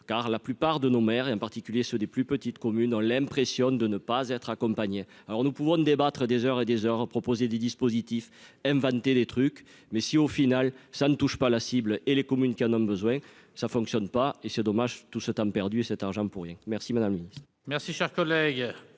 car la plupart de nos mères et en particulier ceux des plus petites communes ont l'impression de ne pas être alors nous pouvons débattre des heures et des heures à proposer des dispositifs inventer les trucs mais si, au final ça ne touche pas la cible et les communes qui en ont besoin, ça fonctionne pas et c'est dommage tout ce temps perdu cet argent pour rien, merci madame Louise.